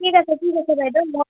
ঠিক আছে ঠিক আছে বাইদ' মই